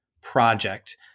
project